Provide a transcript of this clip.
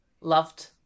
loved